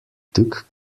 took